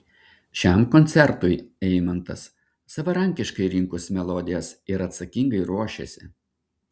šiam koncertui eimantas savarankiškai rinkosi melodijas ir atsakingai ruošėsi